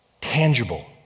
tangible